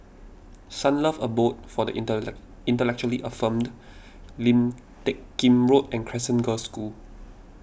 Sunlove Abode for the Inter Intellectually Infirmed Lim Teck Kim Road and Crescent Girls' School